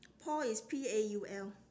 paul is P A U L